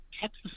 texas